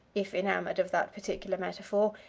if enamored of that particular metaphor,